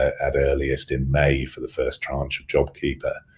at earliest in may for the first chance of jobkeeper,